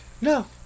No